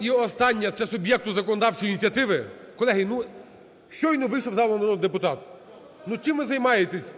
І остання – це суб'єкту законодавчої ініціативи… Колеги, ну, щойно вийшов з залу народний депутат! Ну, чим ви займаєтесь,